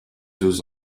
deux